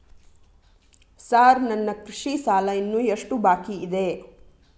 Sir ನನ್ನ ಕೃಷಿ ಸಾಲ ಇನ್ನು ಎಷ್ಟು ಬಾಕಿಯಿದೆ?